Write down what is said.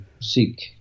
seek